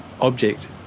Object